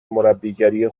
مربیگری